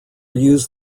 used